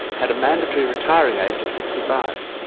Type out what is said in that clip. had a mandatory retirement age of sixty five.